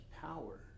power